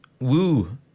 Woo